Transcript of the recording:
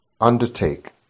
undertake